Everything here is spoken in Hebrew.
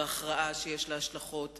בהכרעה שיש לה השלכות ציוניות,